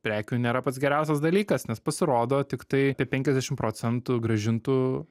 prekių nėra pats geriausias dalykas nes pasirodo tiktai apie penkiasdešim procentų grąžintų